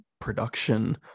production